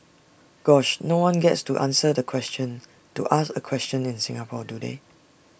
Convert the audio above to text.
gosh no one gets to answer the question to ask A question in Singapore do they